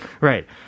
Right